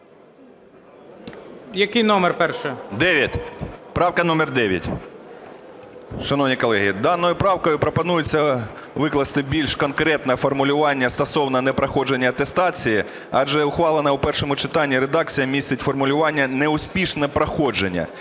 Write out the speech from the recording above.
Який номер першої?